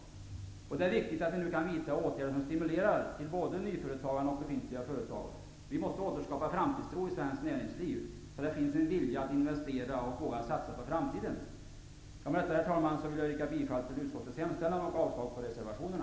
Det är viktigt att vi nu kan vidta åtgärder som stimulerar både nyföretagandet och befintliga företag. Vi måste återskapa framtidstro i svenskt näringsliv, så att det finns en vilja att investera och att våga satsa på framtiden. Med detta, herr talman, vill jag yrka bifall till utskottets hemställan och avslag på reservationerna.